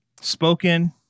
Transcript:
spoken